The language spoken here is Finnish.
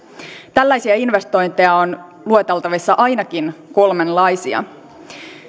tällaisia investointeja on lueteltavissa ainakin kolmenlaisia